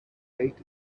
eight